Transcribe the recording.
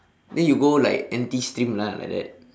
then you go like N_T stream lah like that